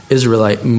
Israelite